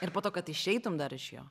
ir po to kad išeitum dar iš jo